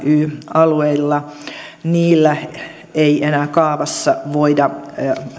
alueilla ei enää kaavassa voida